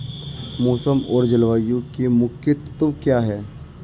मौसम और जलवायु के मुख्य तत्व क्या हैं?